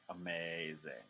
Amazing